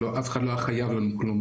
אף אחד לא היה חייב לנו כלום,